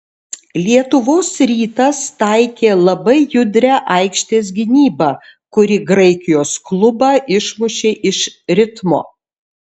lietuvos rytas taikė labai judrią aikštės gynybą kuri graikijos klubą išmušė iš ritmo